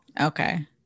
Okay